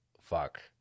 fuck